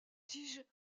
tiges